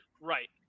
Right